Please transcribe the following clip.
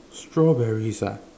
strawberries ah